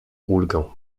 ulgę